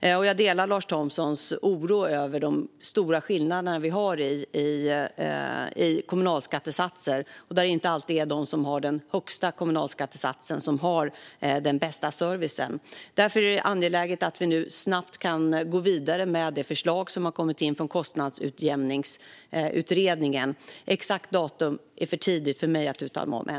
Jag delar Lars Thomssons oro över de stora skillnaderna i kommunalskattesatserna, där det inte alltid är de kommuner med den högsta kommunalskattesatsen som har den bästa servicen. Därför är det angeläget att vi nu snabbt kan gå vidare med det förslag som har kommit in från Kostnadsutjämningsutredningen. Exakt datum är för tidigt för mig att uttala mig om än.